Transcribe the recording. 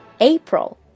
April